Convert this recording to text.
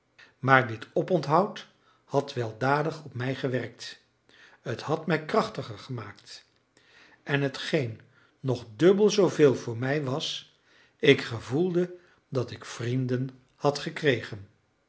maar dit oponthoud had weldadig op mij gewerkt het had mij krachtiger gemaakt en hetgeen nog dubbel zooveel voor mij was ik gevoelde dat ik vrienden had gekregen